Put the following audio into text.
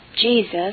Jesus